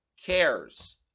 cares